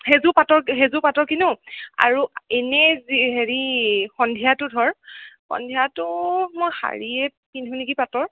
সেইযোৰ পাটৰ সেইযোৰ পাটৰ কিনো আৰু এনেই যি হেৰি সন্ধিয়াতো ধৰ সন্ধিয়াতো মই শাৰীয়ে পিন্ধো নেকি পাটৰ